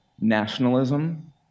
nationalism